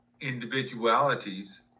individualities